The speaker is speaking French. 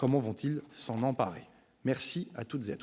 vont s'en emparer. La parole est à M.